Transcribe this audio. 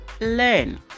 learn